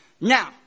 Now